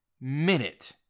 minute